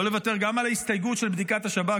לא לוותר גם על ההסתייגות של בדיקת השב"כ,